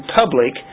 public